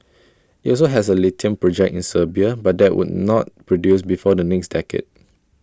IT also has A lithium project in Serbia but that will not produce before the next decade